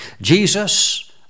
Jesus